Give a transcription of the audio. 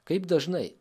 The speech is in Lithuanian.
kaip dažnai